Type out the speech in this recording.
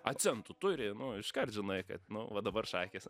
a centų turi nu iškart žinai kad nu va dabar šakės